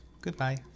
goodbye